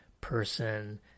person